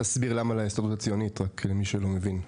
תסביר למה להסתדרות הציונית, למי שלא מבין.